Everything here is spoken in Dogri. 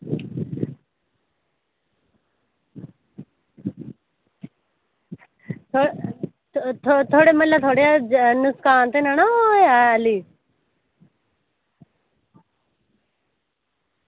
थुआढ़े म्हल्ले थुआढ़े म्हल्लै नुक्सान ते नना होआ ऐ हल्ली